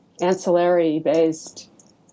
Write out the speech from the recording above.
ancillary-based